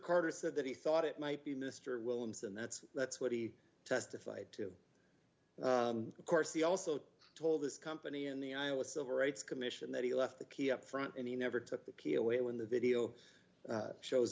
carter said that he thought it might be mr williams and that's that's what he testified to of course the also told this company in the iowa civil rights commission that he left the key up front and he never took the key away when the video shows